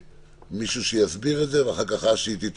מישהו שיסביר את זה ואחר כך דוקטור